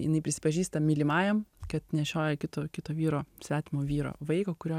jinai prisipažįsta mylimajam kad nešioja kito kito vyro svetimo vyro vaiką kurio